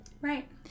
Right